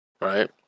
Right